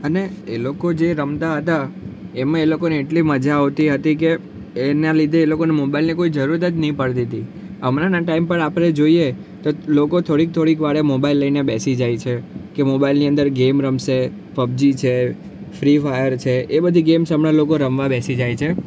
અને એ લોકો જે રમતા હતા એમાં એ લોકોને એટલી મજા આવતી હતી કે એના લીધે એ લોકોને મોબાઇલની કોઈ જરૂર જ નહીં પડતી હતી હમણાંના ટાઈમ પર આપણે જોઈએ તો લોકો થોડીક થોડીક વારે મોબાઈલ લઈને બેસી જાય છે કે મોબાઇલની અંદર ગેમ રમશે પબજી છે ફ્રી ફાયર છે એ બધી ગેમ્સ હમણાં લોકો રમવા બેસી જાય છે